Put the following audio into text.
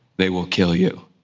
they will kill you.